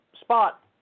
spot